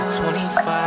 25